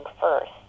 first